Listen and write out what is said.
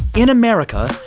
in america,